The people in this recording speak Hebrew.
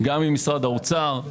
גם עם משרד האוצר,